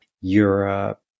Europe